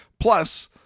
Plus